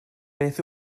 beth